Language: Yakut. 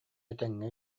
этэҥҥэ